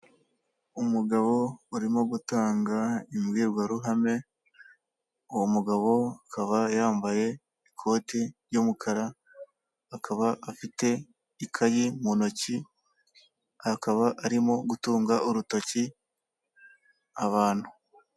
Umugabo urimo gutanga imbwirwaruhame uwo mugabo akaba yambaye ikoti ry'umukara akaba afite ikayi mu ntoki akaba arimo gutunga urutoki abantu .